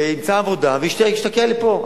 ימצא עבודה וישתקע לי פה,